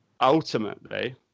ultimately